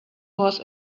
was